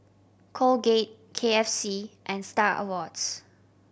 Colgate K F C and Star Awards